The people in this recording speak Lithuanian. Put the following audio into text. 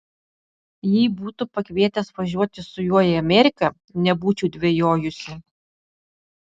jei būtų pakvietęs važiuoti su juo į ameriką nebūčiau dvejojusi